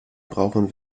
brauchen